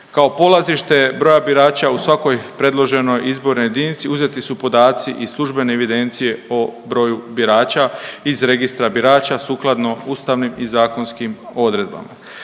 Kao polazište broja birača u svakoj predloženoj izbornoj jedinici uzeti su podaci iz službene evidencije o broju birača iz registra birača sukladno ustavnim i zakonskim odredbama.